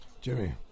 Jimmy